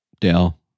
Dale